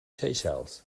seychelles